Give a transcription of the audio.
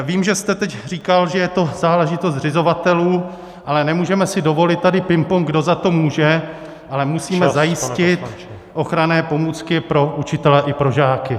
Vím, že jste teď říkal, že je to záležitost zřizovatelů, ale nemůžeme si dovolit tady pingpong, kdo za to může, ale musíme zajistit ochranné pomůcky pro učitele i pro žáky.